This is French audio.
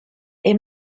est